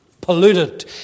polluted